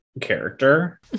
character